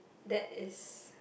that is